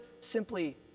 simply